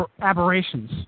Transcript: aberrations